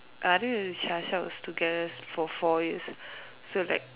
I think with Shasha was together for four years so like